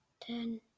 ten